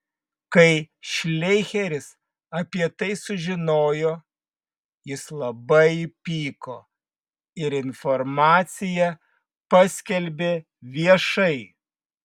kai šleicheris apie tai sužinojo jis labai įpyko ir informaciją paskelbė viešai